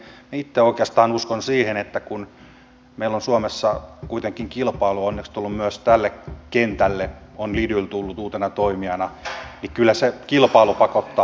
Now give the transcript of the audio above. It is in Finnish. itse oikeastaan uskon siihen että kun meillä on suomessa kuitenkin kilpailua onneksi tullut myös tälle kentälle on lidl tullut uutena toimijana niin kyllä se kilpailu pakottaa tässä